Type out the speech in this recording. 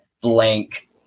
blank